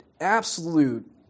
Absolute